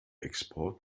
export